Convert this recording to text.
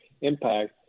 impact